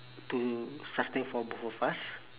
to sustain for both of us